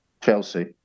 Chelsea